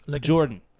Jordan